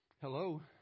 Hello